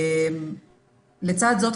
לצד זאת,